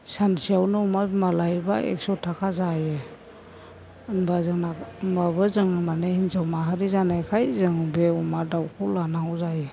सानसेयावनो अमा बिमा लायोबा एकस' थाखा जायो होनबा जोंना होनबाबो जोङो माने हिनजाव माहारि जानायखाय जोङो बे अमा दाउखौ लानांगौ जायो